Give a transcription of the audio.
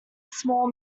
small